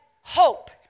hope